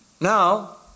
Now